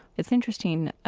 it's interesting.